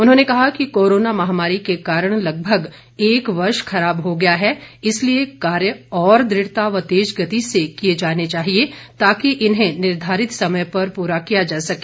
उन्होंने कहा कि कोरोना महामारी के कारण लगभग एक वर्ष खराब हो गया इसलिए कार्य और द्रढ़ता व तेज गति से किए जाने चाहिए ताकि इन्हें निर्धारित समय पर पूरा किया जा सके